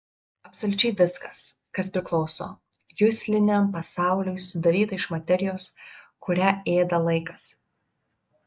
absoliučiai viskas kas priklauso jusliniam pasauliui sudaryta iš materijos kurią ėda laikas